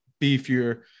beefier